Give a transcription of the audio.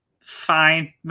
fine